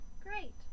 Great